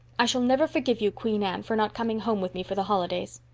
i shall never forgive you, queen anne, for not coming home with me for the holidays.